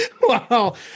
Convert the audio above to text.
Wow